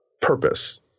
purpose